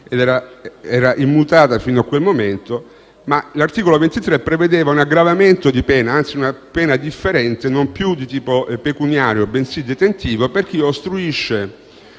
immutata fino a quel momento. Ma l'articolo 23 prevedeva un aggravamento di pena o, anzi, una pena differente: non più di tipo pecuniario, bensì detentiva per chi ostruisce